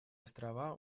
острова